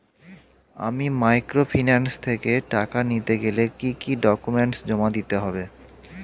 আমি মাইক্রোফিন্যান্স থেকে টাকা নিতে গেলে কি কি ডকুমেন্টস জমা দিতে হবে?